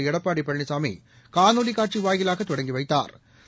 எடப்பாடிபழனிசாமிகாணொலிகாட்சிவாயிலாகதொடங்கிவைத்தாா்